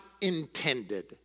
intended